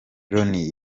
loni